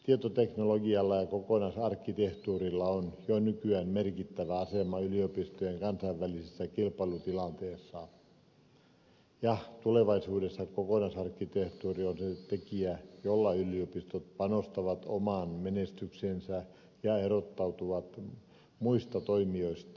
tietoteknologialla ja kokonaisarkkitehtuurilla on jo nykyään merkittävä asema yliopistojen kansainvälisessä kilpailutilanteessa ja tulevaisuudessa kokonaisarkkitehtuuri on se tekijä jolla yliopistot panostavat omaan menestykseensä ja erottautuvat muista toimijoista